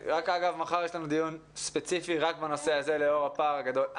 מחר יש לנו דיון ספציפי רק בנושא הזה לאור הפער הגדול.